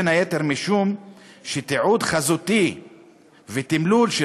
בין היתר משום שתיעוד חזותי ותמלול של